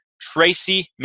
Tracy